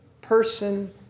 person